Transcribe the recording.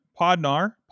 Podnar